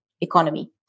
economy